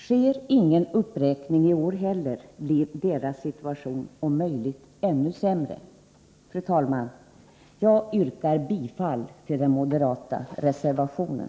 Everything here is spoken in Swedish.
Sker ingen uppräkning i år heller, blir deras situation om möjligt ännu sämre. Fru talman! Jag yrkar bifall till den moderata reservationen.